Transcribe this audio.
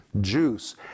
juice